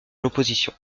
l’opposition